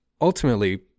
ultimately